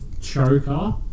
choker